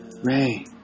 ray